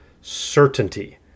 certainty